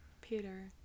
Peter